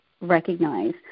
recognize